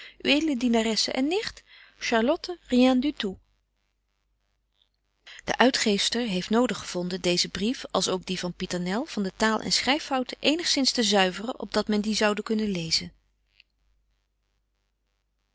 dienaresse en nicht de uitgeefster heeft nodig gevonden deezen brief als ook dien van pieternel van de taal en schryffouten eenigzins te zuiveren op dat men die zoude kunnen lezen